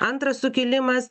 antras sukilimas